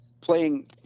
playing